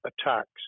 attacks